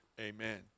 Amen